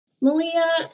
Malia